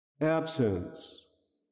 absence